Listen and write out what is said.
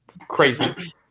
Crazy